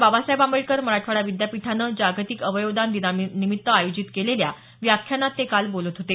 बाबासाहेब आंबेडकर मराठवाडा विद्यापीठानं जागतिक अवयवदान दिनानिमित्त आयोजित केलेल्या व्याख्यानात ते काल बोलत होते